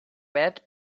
red